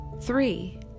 Three